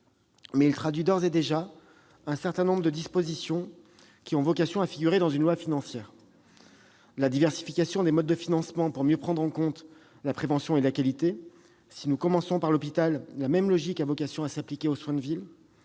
Mais il traduit d'ores et déjà un certain nombre de dispositions qui ont vocation à figurer dans une loi financière : la diversification des modes de financement, pour prendre mieux en compte la prévention et la qualité - nous commençons par l'hôpital, mais la même logique a vocation à s'appliquer aux soins de ville